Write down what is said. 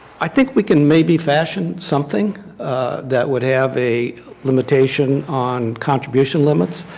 i think we can maybe fashion something that would have a limitation on contribution limits.